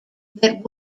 that